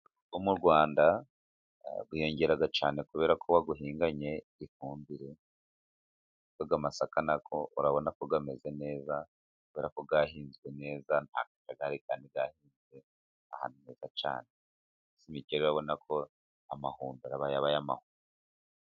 Umusaruro yo mu Rwanda wiyongera cyane kubera ko bawuhinganye ifumbire, aya amasaka nayo urabona ko ameze neza ahinzwe neza ari ahantuza cyane mu minsi mike arabona ko amahundo araba yabaye amahundo.